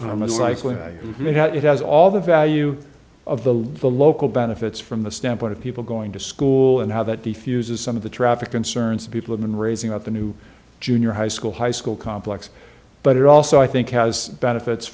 likely i mean how it has all the value of the the local benefits from the standpoint of people going to school and how that defuses some of the traffic concerns people have been raising about the new junior high school high school complex but it also i think has benefits